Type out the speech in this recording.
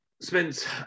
spence